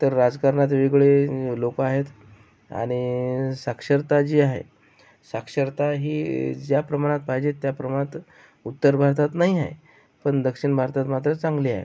तर राजकारणात वेगवेगळे लोक आहेत आणि साक्षरता जी आहे साक्षरता ही ज्या प्रमाणात पाहिजे त्या प्रमाणात उत्तर भारतात नाही आहे पण दक्षिण भारतात मात्र चांगली आहे